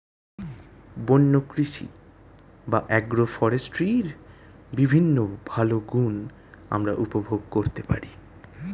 বন্য কৃষি বা অ্যাগ্রো ফরেস্ট্রির বিভিন্ন ভালো গুণ আমরা উপভোগ করতে পারি